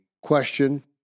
question